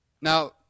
now